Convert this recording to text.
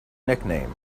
nickname